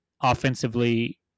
offensively